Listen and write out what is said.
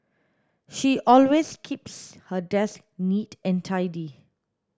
she always keeps her desk neat and tidy